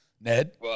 Ned